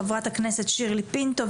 חברת הכנסת שירלי פינטו,